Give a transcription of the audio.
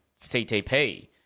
CTP